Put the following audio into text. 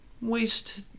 waste